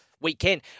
weekend